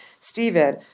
Stephen